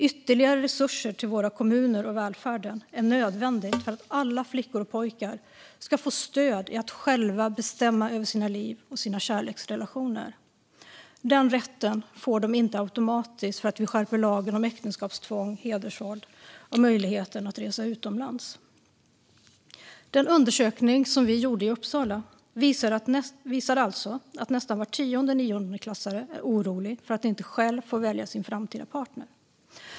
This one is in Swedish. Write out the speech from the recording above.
Ytterligare resurser till våra kommuner och välfärden är nödvändigt för att alla flickor och pojkar ska få stöd i att själva bestämma över sina liv och sina kärleksrelationer. Den rätten får de inte automatiskt för att vi skärper lagen om äktenskapstvång, hedersvåld och möjligheten att resa utomlands. Den undersökning som vi gjorde i Uppsala visade alltså att nästan var tionde niondeklassare är orolig för att inte själv få välja sin framtida partner.